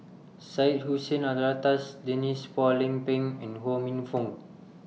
Syed Hussein Alatas Denise Phua Lay Peng and Ho Minfong